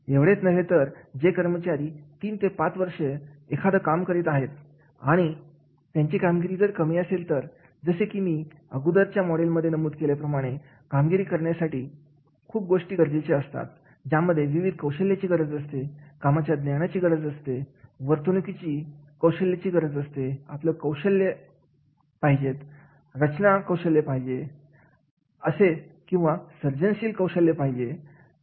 एवढेच नव्हे तर जे कर्मचारी तीन ते पाच वर्षे एखादा काम करत आहेत आणि त्यांची कामगिरी जर कमी असेल तर जसे की मी अगोदरच्या मॉडेल मध्ये नमूद केल्याप्रमाणे कामगिरी करण्यासाठी खूप गोष्टी गरजेचे असतात ज्यामध्ये विविध कौशल्यांची गरज असते कामाच्या ज्ञानाची गरज असते वर्तणुकीची कौशल्ये गरजेची असतात आपलं कौशल्य पाहिजेत रचना कौशल्य पाहिजे आहेतसर्जनशील कौशल्य पाहिजे